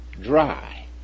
dry